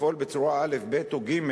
לפעול בצורה א', ב' או ג',